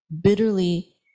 bitterly